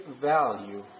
value